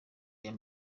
ayo